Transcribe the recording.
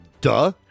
Duh